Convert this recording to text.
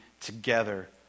together